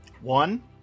One